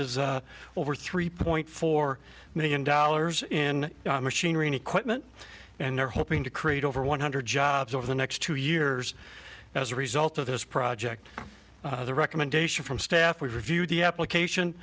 is over three point four million dollars in machinery and equipment and they're hoping to create over one hundred jobs over the next two years as a result of this project the recommendation from staff we've reviewed the application